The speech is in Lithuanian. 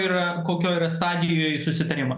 yra kokioj stadijoj susitarimo